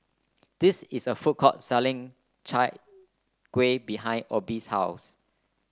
this is a food court selling Chai Kueh behind Obie's house